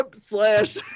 slash